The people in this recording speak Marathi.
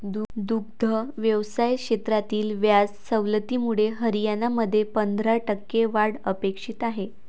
दुग्ध व्यवसाय क्षेत्रातील व्याज सवलतीमुळे हरियाणामध्ये पंधरा टक्के वाढ अपेक्षित आहे